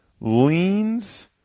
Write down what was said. leans